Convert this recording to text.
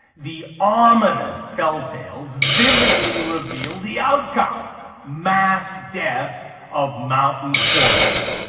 the ominous tell-tales vividly reveal the outcome mass death of mountain forests.